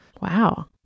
Wow